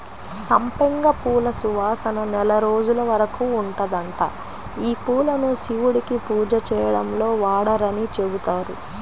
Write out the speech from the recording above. సంపెంగ పూల సువాసన నెల రోజుల వరకు ఉంటదంట, యీ పూలను శివుడికి పూజ చేయడంలో వాడరని చెబుతారు